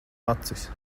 acis